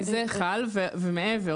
זה חל ומעבר.